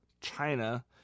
China